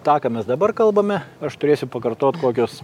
tą ką mes dabar kalbame aš turėsiu pakartot kokius